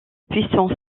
puissance